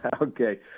Okay